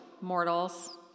mortals